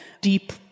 deep